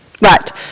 Right